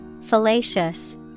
Fallacious